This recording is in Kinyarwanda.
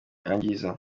yangiza